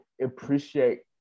appreciate